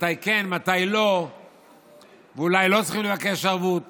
מתי כן מתי לא ואולי לא צריך לבקש ערבות